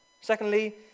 Secondly